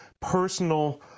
personal